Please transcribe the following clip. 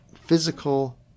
physical